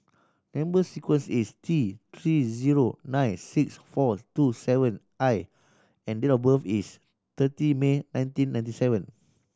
number sequence is T Three zero nine six four two seven I and date of birth is thirty May nineteen ninety seven